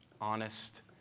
honest